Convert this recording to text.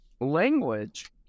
language